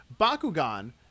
Bakugan